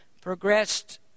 progressed